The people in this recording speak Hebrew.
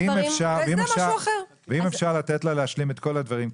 ואם אפשר לתת לה להשלים את כל הדברים,